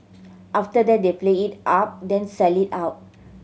after that they play it up then sell it out